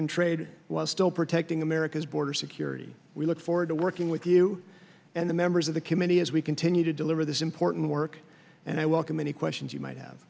and trade while still protecting america's border security we look forward to working with you and the members of the committee as we continue to deliver this important work and i welcome any questions you might have